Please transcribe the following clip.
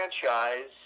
franchise